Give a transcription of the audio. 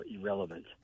irrelevant